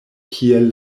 kiel